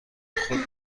خود